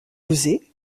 oser